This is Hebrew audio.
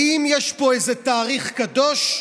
האם יש פה איזה תאריך קדוש?